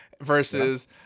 versus